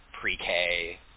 pre-K